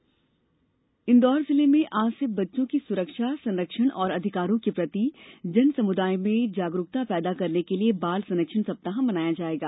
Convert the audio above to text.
बाल संरक्षण सप्ताह इंदौर जिले में आज से बच्चों की सुरक्षा संरक्षण और अधिकारों के प्रति जनसमूदाय में जागरूकता पैदा करने के लिए बाल संरक्षण सप्ताह मनाया जायेगा